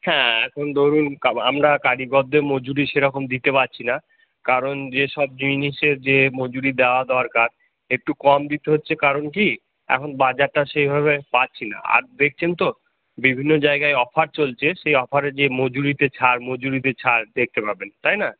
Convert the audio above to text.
হ্যাঁ এখন ধরুন আমরা কারিগরদের মজুরি সেরকম দিতে পারছি না কারণ যেসব জিনিসের যে মজুরি দেওয়া দরকার একটু কম দিতে হচ্ছে কারণ কি এখন বাজারটা সেভাবে পাচ্ছি না আর দেখছেন তো বিভিন্ন জায়গায় অফার চলছে সে অফারে যে মজুরিতে ছাড় মজুরিতে ছাড় দেখতে পাবেন তাই না